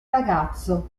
ragazzo